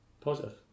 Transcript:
positive